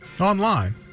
Online